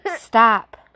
Stop